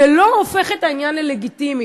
זה לא הופך את העניין ללגיטימי.